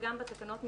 וגם בתקנות מכוחו,